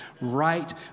Right